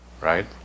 right